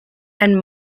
and